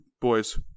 boys